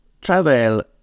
travel